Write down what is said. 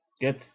get